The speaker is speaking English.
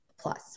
plus